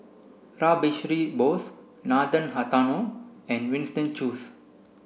Rash Behari Bose Nathan Hartono and Winston Choos